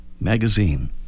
Magazine